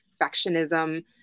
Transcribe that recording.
perfectionism